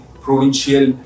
Provincial